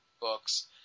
books